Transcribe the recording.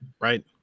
Right